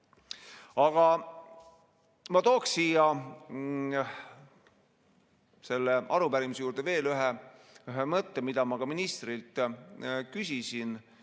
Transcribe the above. Ma tooksin siia selle arupärimise juurde veel ühe mõtte, mida ma ka ministrilt küsisin,